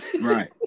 Right